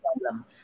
problem